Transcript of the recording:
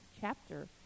chapter